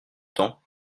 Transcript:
temps